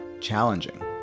challenging